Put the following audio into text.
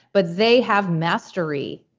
but they have mastery.